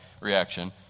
reaction